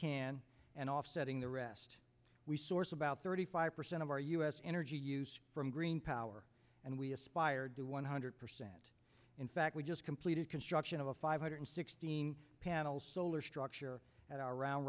can and offsetting the rest we source about thirty five percent of our u s energy use from green power and we aspired to one hundred percent in fact we just completed construction of a five hundred sixteen panels solar structure at our round